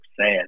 sad